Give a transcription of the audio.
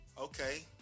okay